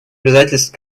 обязательств